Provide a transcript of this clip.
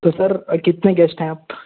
तो सर कितने गेस्ट है आप